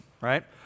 right